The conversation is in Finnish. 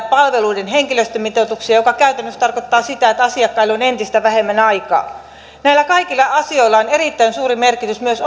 palveluiden henkilöstömitoituksia mikä käytännössä tarkoittaa sitä että asiakkaille on entistä vähemmän aikaa näillä kaikilla asioilla on erittäin suuri merkitys myös